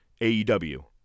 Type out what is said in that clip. AEW